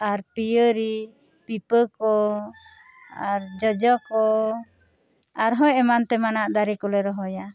ᱟᱨ ᱯᱤᱭᱟᱹᱨᱤ ᱯᱤᱯᱟᱹ ᱠᱚ ᱟᱨ ᱡᱚᱡᱚ ᱠᱚ ᱟᱨ ᱦᱚᱸ ᱮᱢᱟᱱ ᱛᱮᱢᱟᱱᱟᱜ ᱫᱟᱨᱮ ᱠᱚᱞᱮ ᱨᱚᱦᱚᱭᱟ